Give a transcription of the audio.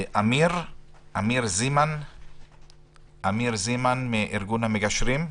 אני מטעם ארגון המגשרים.